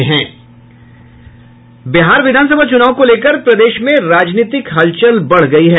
बिहार विधानसभा चुनाव को लेकर प्रदेश में राजनीतिक हलचल बढ़ गई है